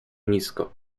nisko